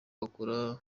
bukora